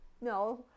no